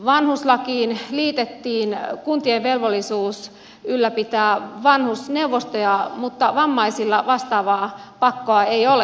vanhuslakiin liitettiin kuntien velvollisuus ylläpitää vanhusneuvostoja mutta vammaisilla vastaavaa pakkoa ei ole